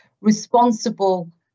responsible